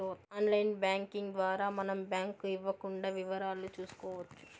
online banking ద్వారా మనం bank ఇవ్వకుండా వివరాలు చూసుకోవచ్చు